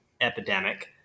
epidemic